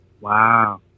Wow